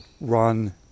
run